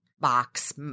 box